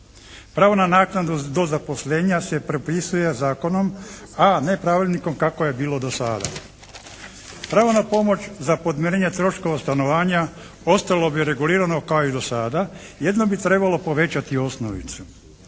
Pravo na naknadu do zaposlenja se propisuje zakonom a ne pravilnikom kako je bilo dosada. Pravo na pomoć za podmirenje troškova stanovanja ostalo bi regulirano kao i dosada. Jedino bi trebalo povećati osnovicu.